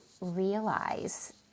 realize